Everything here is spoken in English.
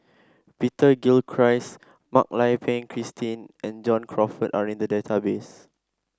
Peter Gilchrist Mak Lai Peng Christine and John Crawfurd are in the database